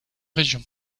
région